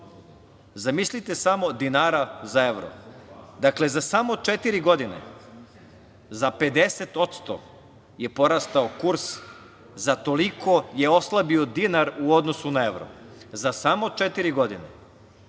evro. Zamislite samo, dakle, za samo četiri godine za 50% je porastao kurs, za toliko je oslabio dinar u odnosu na evro, za samo četiri godine.